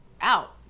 out